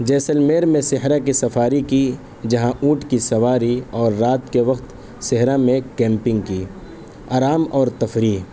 جیسلمیر میں صحرا کی سفاری کی جہاں اونٹ کی سواری اور رات کے وقت صحرا میں کیمپنگ کی آرام اور تفریح